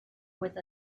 with